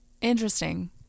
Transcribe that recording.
Interesting